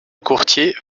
courtier